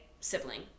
sibling